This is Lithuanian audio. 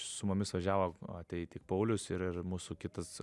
su mumis važiavo tai tik paulius ir ir mūsų kitas